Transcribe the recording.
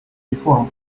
реформ